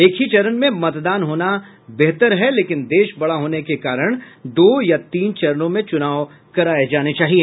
एक ही चरण में मतदान होना बेहतर है लेकिन देश बड़ा होने के कारण दो या तीन चरणों में चुनाव कराये जाने चाहिए